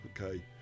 Okay